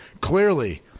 clearly